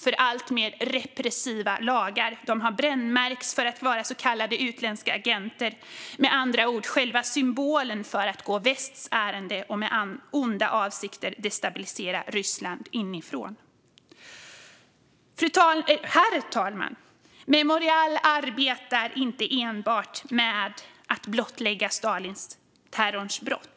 för alltmer repressiva lagar. De har brännmärkts för att vara så kallade utländska agenter, med andra ord själva symbolen för att gå västs ärenden och med onda avsikter destabilisera Ryssland inifrån. Herr talman! Memorial arbetar inte enbart med att blottlägga Stalinterrorns brott.